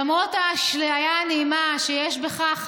למרות האשליה הנעימה שיש בכך,